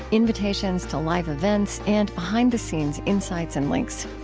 invitations to live events, and behind-the-scenes insights and links.